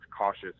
cautious